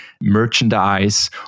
merchandise